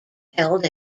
held